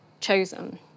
chosen